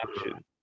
action